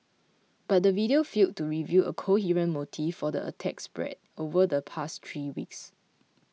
but the video failed to reveal a coherent motive for the attacks spread over the past three weeks